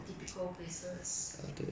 the typical places